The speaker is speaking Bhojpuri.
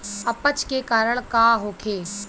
अपच के कारण का होखे?